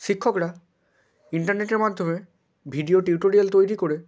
শিক্ষকরা ইন্টারনেটের মাধ্যমে ভিডিও টিউটোরিয়াল তৈরি করে